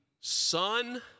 Son